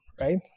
right